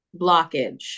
blockage